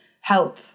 help